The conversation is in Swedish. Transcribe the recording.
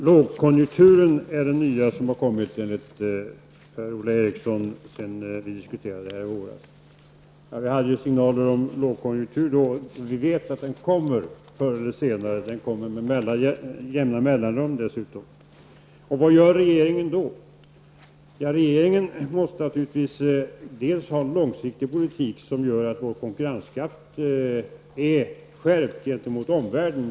Fru talman! Enligt Per-Ola Eriksson är lågkonjunkturen det nya som tillkommit sedan vi diskuterade den här frågan i våras. Vi hade redan då signaler om en lågkonjunktur, och vi vet att den kommer förr eller senare. En lågkonjunktur kommer dessutom med jämna mellanrum. Vad gör då regeringen? Regeringen måste naturligtvis föra en långsiktig politik som förstärker vår konkurrenskraft gentemot omvärlden.